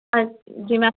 ਹਾਂ ਜੀ ਮੈਮ